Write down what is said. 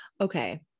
okay